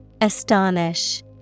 Astonish